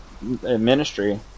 ministry